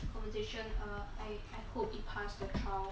conversation err I I hope it passed the trial